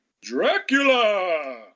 Dracula